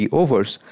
overs